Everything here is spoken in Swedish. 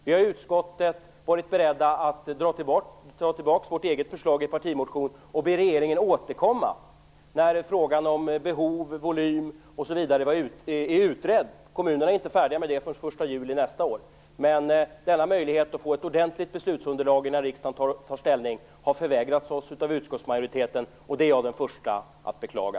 Vi har i utskottet varit beredda att dra tillbaka vårt eget förslag i partimotion och be regeringen återkomma när frågan om behov, volym osv. är utredd; kommunerna är inte färdiga med det förrän den 1 juli nästa år. Men denna möjlighet att få ett ordentligt beslutsunderlag innan riksdagen tar ställning har förvägrats oss av utskottsmajoriteten, och det är jag den förste att beklaga.